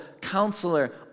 counselor